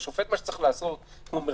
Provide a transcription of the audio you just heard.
השופט מה שהוא צריך לעשות אם רוצים להפעיל אותו,